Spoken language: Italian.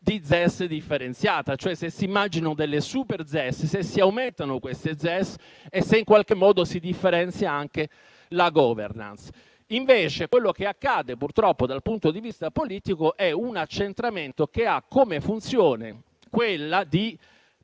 di ZES differenziata, e cioè se si immaginano delle super-ZES, se si aumentano e se in qualche modo si differenzia anche la *governance*. Invece quello che accade, purtroppo, dal punto di vista politico è un accentramento che ha come funzione quella di